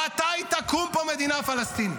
מתי תקום פה מדינה פלסטינית?